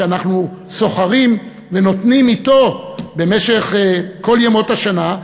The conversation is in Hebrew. שאנחנו סוחרים ונותנים אתו במשך כל ימות השנה.